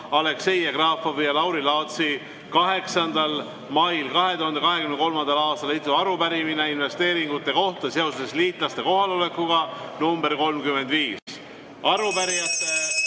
Aleksei Jevgrafovi ja Lauri Laatsi 8. mail 2023. aastal esitatud arupärimine investeeringute kohta seoses liitlaste kohalolekuga (nr 35). Arupärimisele